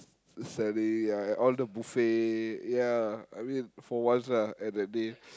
chalet ya and all the buffet ya I mean for once lah at that day